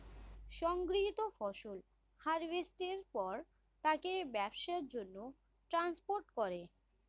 সংগৃহীত ফসল হারভেস্টের পর তাকে ব্যবসার জন্যে ট্রান্সপোর্ট করে